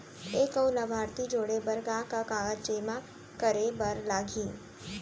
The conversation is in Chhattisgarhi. एक अऊ लाभार्थी जोड़े बर का का कागज जेमा करे बर लागही?